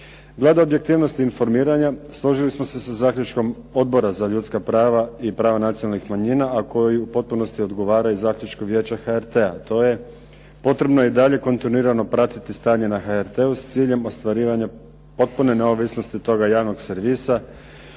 Glede objektivnosti informiranja složili smo se sa zaključkom Odbora za ljudska prava i prava nacionalnih manjina a koji u potpunosti odgovara i zaključku Vijeća HRT-a a to je potrebno je i dalje kontinuirano pratiti stanje na HRT-u s ciljem ostvarivanja potpune neovisnosti toga javnog servisa,